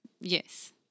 Yes